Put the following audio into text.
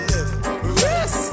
Yes